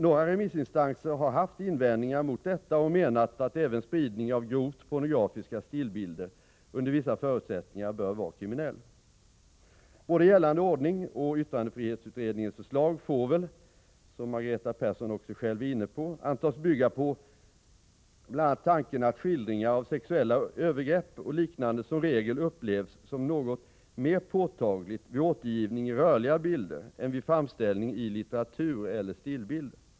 Några remissinstanser har haft invändningar mot detta och menat att även spridning av grovt pornografiska stillbilder under vissa förutsättningar bör vara kriminell. Både gällande ordning och yttrandefrihetsutredningens förslag får väl — som Margareta Persson också själv är inne på — antas bygga bl.a. på tanken att skildringar av sexuella övergrepp och liknande som regel upplevs som något mera påtagligt vid återgivning i rörliga bilder än vid framställning i litteratur eller stillbilder.